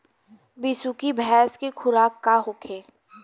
बिसुखी भैंस के खुराक का होखे?